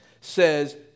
says